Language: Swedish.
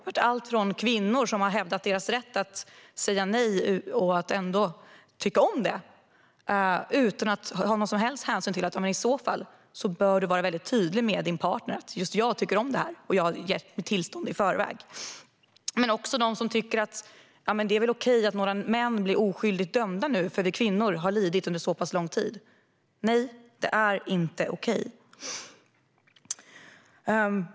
Jag har hört kvinnor som har hävdat sin rätt att säga nej och ändå tycka om det, utan att ta någon som helst hänsyn till att man i så fall bör vara tydlig mot sin partner och säga att man själv tycker om det här och har gett sitt tillstånd i förväg. Det finns andra som tycker att det är okej att några män blir oskyldigt dömda nu, för vi kvinnor har ju lidit under så lång tid. Men nej, det är inte okej.